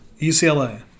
UCLA